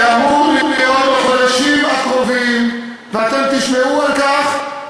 זה אמור להיות בחודשים הקרובים, ואתם תשמעו על כך.